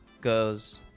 Goes